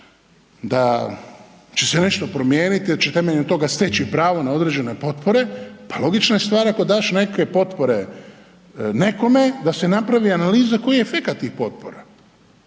da će se nešto promijeniti, da će temeljem toga steći pravo na određene potpore, pa logična je stvar ako daš neke potpore nekome da se napravi analiza koji je efekt tih potpora.